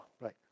right